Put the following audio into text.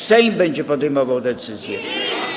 Sejm będzie podejmował decyzję.